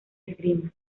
esgrima